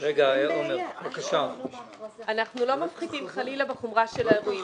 אנחנו חלילה לא מפחיתים בחומרה של האירועים.